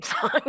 song